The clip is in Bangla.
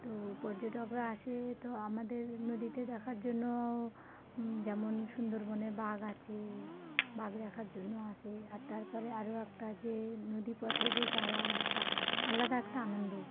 তো পর্যটকরা আসে তো আমাদের নদীতে দেখার জন্য যেমন সুন্দরবনে বাঘ আছে বাঘ দেখার জন্য আসে আর তার পরে আরও একটা যে নদী পথে যে যাওয়া একটা আলাদা একটা আনন্দ